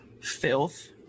filth